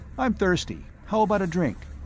i'm thirsty how about a drink?